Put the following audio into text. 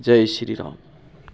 Jai Shri Ram